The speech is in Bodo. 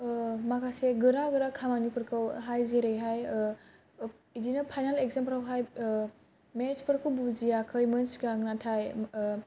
माखासे गोरा गोरा खामानि फोरखौ हाय जेरै हाय बिदिनो फायनाल इगजाम फोराव हाय मेटस फोरखौ बुजियाखै मोन सिगां नाथाय गावबा गावनि नाजानायजों